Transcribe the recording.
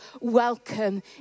welcome